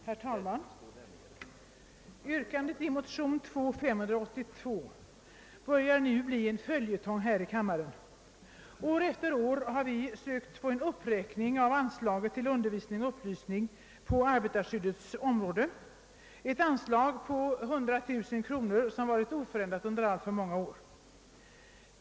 Herr talman! Yrkandet i motion II: 582 börjar nu bli något av en följetong här i kammaren. År efter år har vi sökt få en uppräkning av anslaget till undervisning och upplysning på arhbetarskyddets område, ett anslag på 100 000 kronor som varit oförändrat under alltför många år.